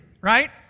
right